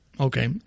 Okay